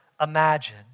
imagine